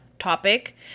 topic